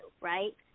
right